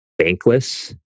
Bankless